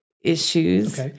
issues